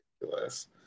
ridiculous